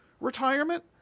retirement